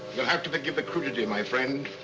you'll have to forgive the crudity my friend.